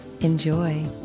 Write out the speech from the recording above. Enjoy